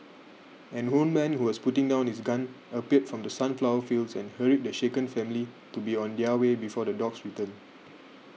an old man who was putting down his gun appeared from the sunflower fields and hurried the shaken family to be on their way before the dogs return